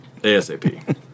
ASAP